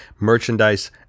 merchandise